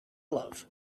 love